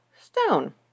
stone